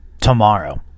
tomorrow